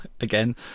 again